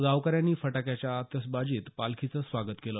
गावकऱ्यांनी फटाक्यांच्या आतिषबाजीत पालखीचं स्वागत केलं